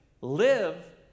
live